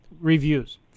reviews